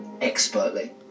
expertly